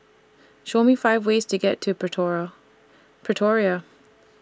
Show Me five ways to get to Pretoria